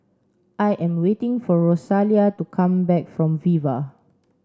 I am waiting for Rosalia to come back from Viva